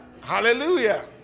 Hallelujah